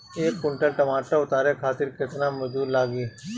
एक कुंटल टमाटर उतारे खातिर केतना मजदूरी लागी?